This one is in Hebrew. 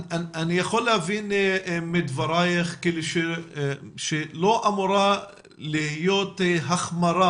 אני יכול להבין מדברייך שלא אמורה להיות החמרה